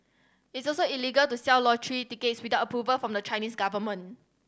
it's also illegal to sell lottery decades without approval from the Chinese government